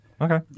okay